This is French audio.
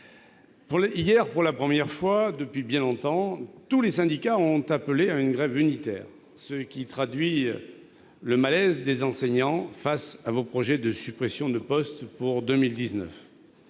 Hier, pour la première fois depuis bien longtemps, tous les syndicats d'enseignants ont appelé à une grève unitaire, ce qui traduit le malaise des enseignants devant vos projets de suppression de postes pour 2019.